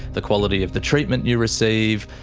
the quality of the treatment you receive,